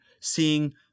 Seeing